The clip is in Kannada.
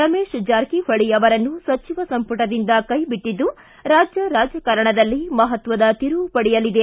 ರಮೇಶ ಜಾರಕಿಹೊಳಿ ಅವರನ್ನು ಸಚಿವ ಸಂಪುಟದಿಂದ ಕೈಬಿಟ್ಟಿದ್ದು ರಾಜ್ಯ ರಾಜಕಾರಣದಲ್ಲಿ ಮಹತ್ವದ ತಿರುವು ಪಡೆಯಲಿದೆ